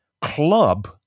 club